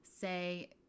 say